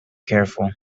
careful